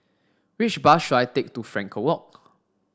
which bus should I take to Frankel Walk